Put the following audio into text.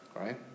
right